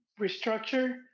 restructure